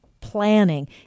planning